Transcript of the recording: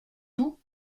tout